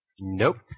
Nope